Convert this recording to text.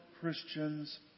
Christians